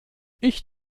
ich